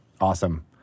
Awesome